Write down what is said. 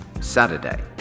Saturday